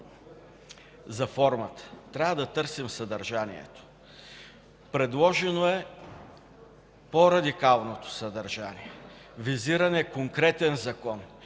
за формата, трябва да търсим съдържанието. Предложено е по-радикалното съдържание. Визиран е конкретен закон.